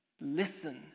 Listen